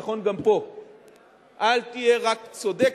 נכון גם פה: אל תהיה רק צודק,